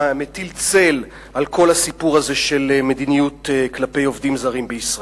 מטיל צל על כל הסיפור של מדיניות כלפי עובדים זרים בישראל.